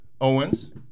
Owens